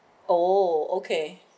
oh okay